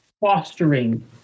fostering